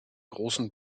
großen